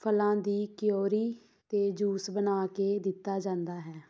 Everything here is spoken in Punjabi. ਫਲਾਂ ਦੀ ਕਿਓਰੀ ਅਤੇ ਜੂਸ ਬਣਾ ਕੇ ਦਿੱਤਾ ਜਾਂਦਾ ਹੈ